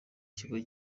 kigo